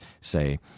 say –